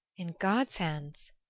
in god's hands!